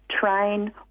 train